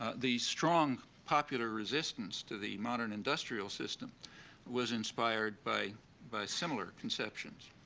ah the strong popular resistance to the modern industrial system was inspired by by similar conceptions.